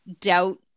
doubt